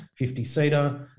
50-seater